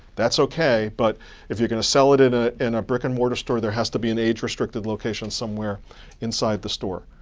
that's ok, but if you're going to sell it it ah in a brick and mortar store, there has to be an age restricted location somewhere inside the store.